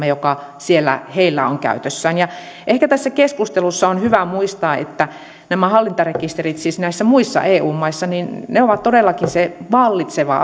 joka siellä heillä on käytössään ehkä keskustelussa on hyvä muistaa että hallintarekisterit siis muissa eu maissa ovat todellakin se vallitseva